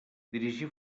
dirigir